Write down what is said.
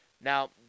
now